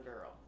girl